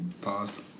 Pause